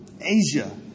Asia